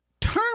turn